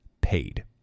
paid